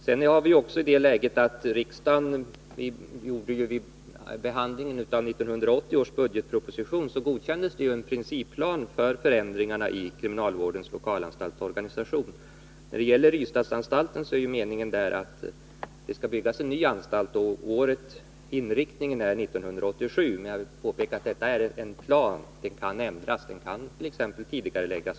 Vi är också i det läget att riksdagen vid behandlingen av 1980 års budgetproposition godkände en principplan för förändringar i kriminalvårdens lokalanstaltsorganisation. När det gäller Ystad är meningen att det där skall byggas en ny anstalt. Inriktningen är att det skall ske 1987. Men jag vill påpeka att detta är en plan, som kan ändras. Byggandet kan — om det finns sådana möjligheter — t.ex. tidigareläggas.